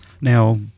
Now